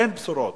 אין בשורות.